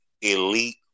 elite